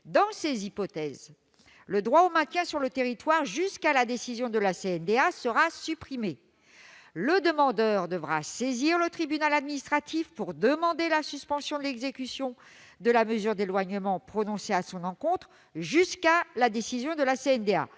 Dans ces hypothèses, le droit au maintien sur le territoire jusqu'à la décision de la CNDA sera supprimé. Le demandeur devra saisir le tribunal administratif pour solliciter la suspension de l'exécution de la mesure d'éloignement prononcée à son encontre jusqu'à la décision de la CNDA.